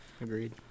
Agreed